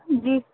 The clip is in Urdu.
جی